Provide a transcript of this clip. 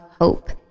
hope